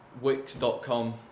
Wix.com